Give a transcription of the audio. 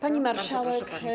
Pani Marszałek!